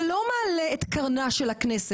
זה לא מעלה את קרנה של הכנסת.